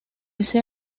ese